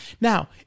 Now